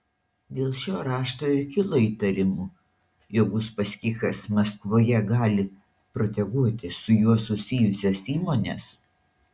dėl šio rašto ir kilo įtarimų jog uspaskichas maskvoje gali proteguoti su juo susijusias įmones